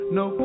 no